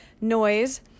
noise